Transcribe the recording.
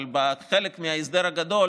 אבל כחלק מההסדר הגדול